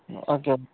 okay